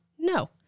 No